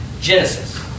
Genesis